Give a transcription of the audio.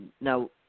now